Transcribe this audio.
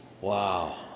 Wow